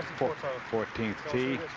fourteenth tee.